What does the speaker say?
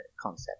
concept